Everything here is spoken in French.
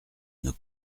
nos